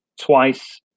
twice